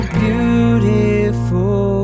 beautiful